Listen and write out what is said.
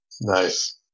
Nice